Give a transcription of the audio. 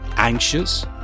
anxious